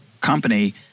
company